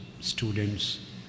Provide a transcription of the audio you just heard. students